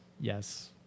Yes